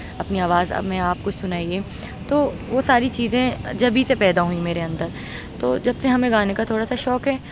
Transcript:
اپنی آواز اب میں آپ کچھ سنائیے تو وہ ساری چیزیں جبھی سے پیدا ہوئیں میرے اندر تو جب سے ہمیں گانے کا تھوڑا سا شوق ہے